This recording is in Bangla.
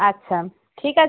আচ্ছা ঠিক আছ্